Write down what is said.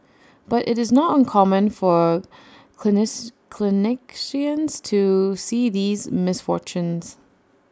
but IT is not uncommon for clinicians to see these misfortunes